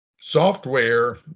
software